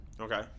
Okay